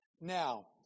Now